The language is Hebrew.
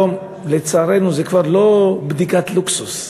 לצערנו זה כבר לא בדיקת לוקסוס.